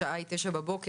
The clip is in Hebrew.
השעה היא 9 בבוקר.